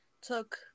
took